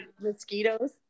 mosquitoes